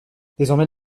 désormais